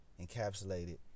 encapsulated